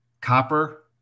copper